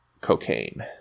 cocaine